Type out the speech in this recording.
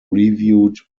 reviewed